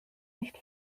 nicht